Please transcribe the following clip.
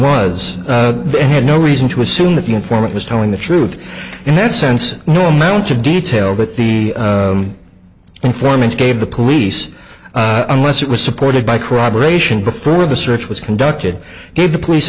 was they had no reason to assume that the informant was telling the truth in that sense no amount of detail that the informant gave the police unless it was supported by corroboration before the search was conducted gave the police